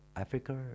Africa